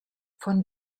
von